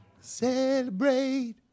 Celebrate